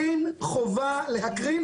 אין חובה להקרין,